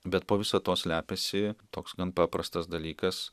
bet po visa tuo slepiasi toks gan paprastas dalykas